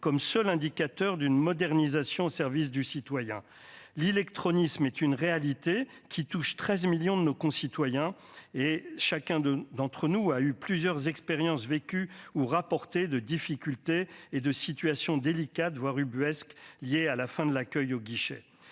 comme seul indicateur d'une modernisation au service du citoyen, l'illectronisme est une réalité qui touche 13 millions de nos concitoyens et chacun d'eux d'entre nous a eu plusieurs expériences vécues ou rapporter de difficultés et de situations délicates, voire ubuesques liées à la fin de l'accueil aux guichets,